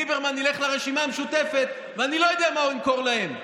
ליברמן ילך לרשימה המשותפת ואני לא יודע מה הוא ימכור להם.